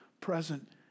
present